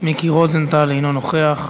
מיקי רוזנטל, אינו נוכח.